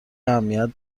اهمیت